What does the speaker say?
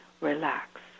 relax